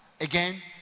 Again